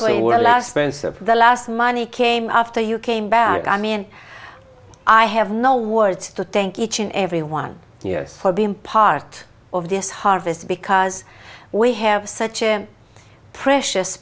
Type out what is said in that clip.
of the last money came after you came back i mean i have no words to thank each and every one years for being part of this harvest because we have such a precious